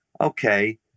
okay